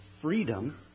freedom